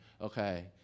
Okay